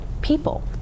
people